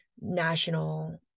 national